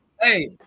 Hey